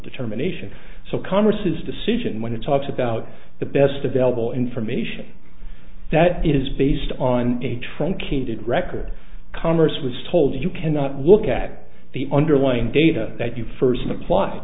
determination so congress is decision when it talks about the best available information that is based on a truncated record congress was told you cannot look at the underlying data that you first applied